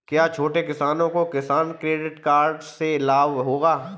क्या छोटे किसानों को किसान क्रेडिट कार्ड से लाभ होगा?